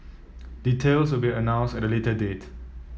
details will be announced at a later date